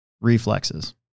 reflexes